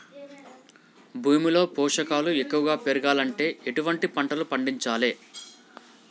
భూమిలో పోషకాలు ఎక్కువగా పెరగాలంటే ఎటువంటి పంటలు పండించాలే?